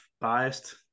biased